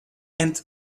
and